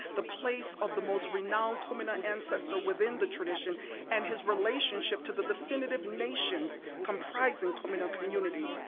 the place of the most renowned kumina ancestor within the tradition and his relationship to the definitive nations comprising kumina community.